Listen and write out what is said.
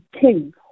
king